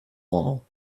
wall